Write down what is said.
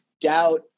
doubt